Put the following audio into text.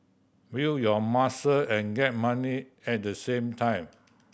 build your muscle and get money at the same time